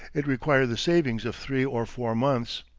it required the savings of three or four months.